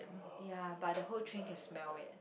ya but the whole train can smell it